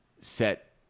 set